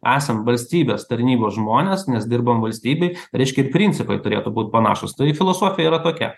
esam valstybės tarnybos žmonės nes dirbam valstybei reiškia ir principai turėtų būt panašūs tai filosofija yra tokia